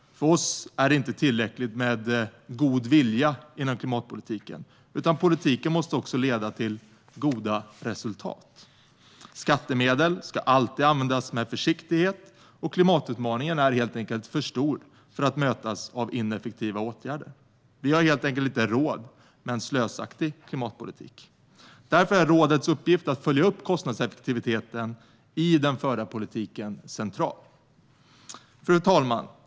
För oss är det inte tillräckligt med god vilja inom klimatpolitiken, utan politiken måste också leda till goda resultat. Skattemedel ska alltid användas med försiktighet, och klimatutmaningen är helt enkelt för stor för att mötas av ineffektiva åtgärder. Vi har helt enkelt inte råd med en slösaktig klimatpolitik. Därför är rådets uppgift att följa upp kostnadseffektiviteten i den förda politiken central. Fru talman!